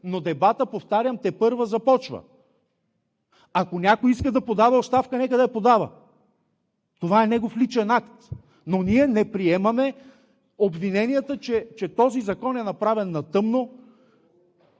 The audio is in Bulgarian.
но дебатът, повтарям, тепърва започва. Ако някой иска да подава оставка, нека да я подава – това е негов личен акт, но ние не приемаме обвиненията, че този закон е направен на тъмно.